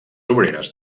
obreres